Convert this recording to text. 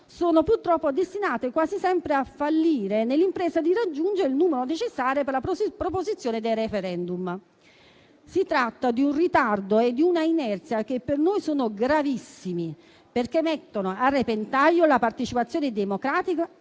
purtroppo destinate quasi sempre a fallire nell'impresa di raggiungere il numero necessario per la proposizione dei *referendum*. Si tratta di un ritardo e di un'inerzia che per noi sono gravissimi, perché mettono a repentaglio la partecipazione democratica,